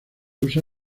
usa